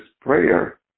prayer